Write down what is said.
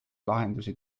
lahendusi